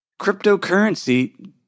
cryptocurrency